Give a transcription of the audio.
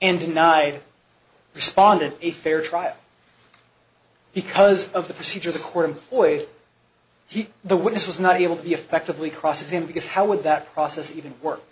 and denied responded a fair trial because of the procedure the court employ he the witness was not able to effectively cross him because how would that process even work